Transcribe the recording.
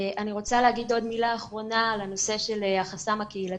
אני רוצה להגיד עוד מילה אחרונה על הנושא של החסם הקהילתי.